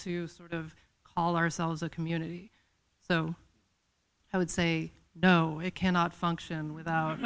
to sort of all ourselves a community so i would say no it cannot function without